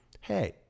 Hey